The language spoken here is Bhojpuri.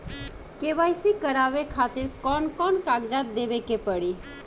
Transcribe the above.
के.वाइ.सी करवावे खातिर कौन कौन कागजात देवे के पड़ी?